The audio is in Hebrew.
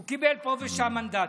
הוא קיבל פה ושם מנדטים.